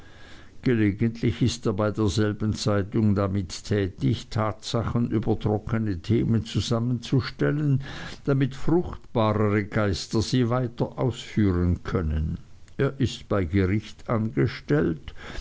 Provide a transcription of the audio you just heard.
gelegentlich ist er bei derselben zeitung damit tätig tatsachen über trockene themen zusammenzustellen damit fruchtbarere geister sie weiter ausführen können er ist bei gericht angestellt